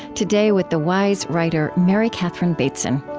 today, with the wise writer mary catherine bateson.